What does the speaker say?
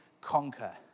conquer